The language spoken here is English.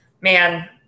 Man